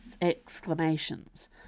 exclamations